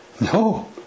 No